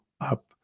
up